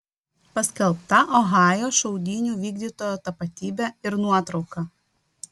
paskelbta ohajo šaudynių vykdytojo tapatybė ir nuotrauka